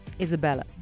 Isabella